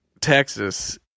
Texas